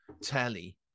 Telly